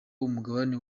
mugabane